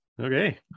Okay